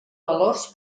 valors